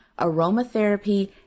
aromatherapy